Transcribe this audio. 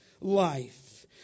Life